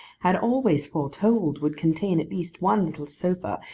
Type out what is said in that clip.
had always foretold would contain at least one little sofa,